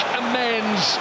amends